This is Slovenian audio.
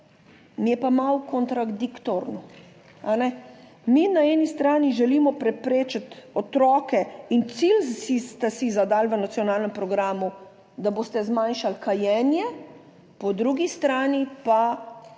mi je pa malo kontradiktorno. Mi na eni strani želimo preprečiti otroke in cilji ste si zadali v nacionalnem programu, da boste zmanjšali kajenje, po drugi strani pa,